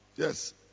Yes